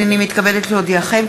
הנני מתכבדת להודיעכם,